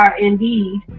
indeed